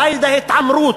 די להתעמרות,